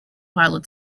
pilot